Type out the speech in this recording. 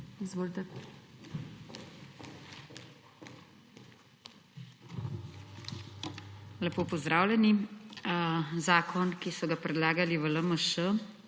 Lepo pozdravljeni! Zakon, ki so ga predlagali v LMŠ,